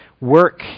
work